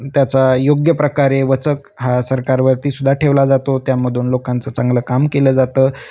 त्याचा योग्य प्रकारे वचक हा सरकारवरती सुद्धा ठेवला जातो त्यामधून लोकांचं चांगलं काम केलं जातं